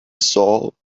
saw